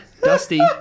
dusty